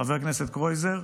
חבר הכנסת קרויזר: